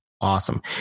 awesome